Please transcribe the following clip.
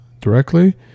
directly